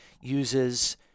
uses